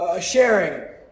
sharing